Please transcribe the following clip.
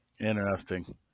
Interesting